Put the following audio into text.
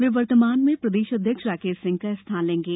वे वर्तमान प्रदेश अध्यक्ष राकेश सिंह का स्थान लेंगे